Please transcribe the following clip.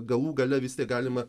galų gale vis tiek galima